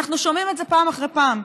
ואנחנו שומעים את זה פעם אחרי פעם.